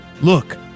look